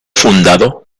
fundado